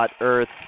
Earth